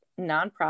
nonprofit